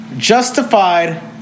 justified